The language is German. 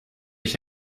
ich